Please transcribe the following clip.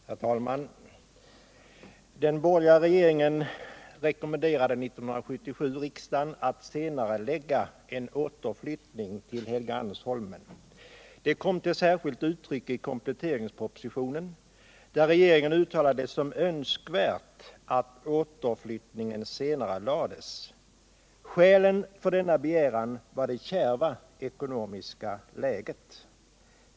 Herr talman! Den borgerliga regeringen rekommenderade 1977 riksdagen att senarelägga en återflyttning till Helgeandsholmen. Det kom till särskilt uttryck i kompletteringspropositionen, där regeringen uttalade det som önskvärt att återflyttningen senarelades. Skälet för denna begäran var det Riksdagens loka frågor på längre Sikt |- frågor på längre sikt kärva ekonomiska läget.